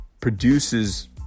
produces